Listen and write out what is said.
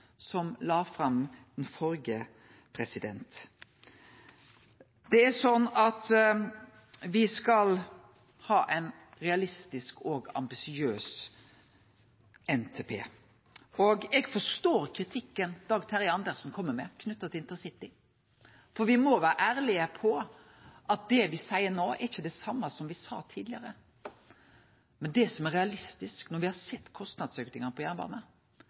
som la fram den førre. Me skal ha ein realistisk og ambisiøs NTP, og eg forstår kritikken Dag Terje Andersen kjem med knytt til intercity. For me må vere ærlege på at det me seier no, ikkje er det same som me sa tidlegare. Men det som er realistisk når me har sett kostnadsauken på